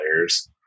players